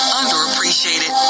underappreciated